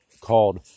called